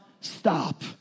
stop